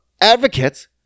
advocates